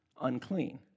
unclean